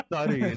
Sorry